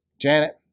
Janet